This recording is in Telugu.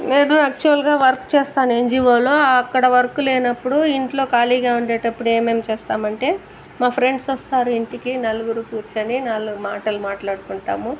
నేను యాక్చువల్ గా వర్క్ చేస్తాను ఎన్జీఓలో అక్కడ వర్క్ లేనప్పుడు ఇంట్లో ఖాళీగా ఉండేటప్పుడు ఏమేమి చేస్తామంటే మా ఫ్రెండ్స్ వస్తారు ఇంటికి నలుగురు కూర్చుని నాలుగు మాటలు మాట్లాడుకుంటాము